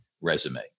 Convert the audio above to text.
resume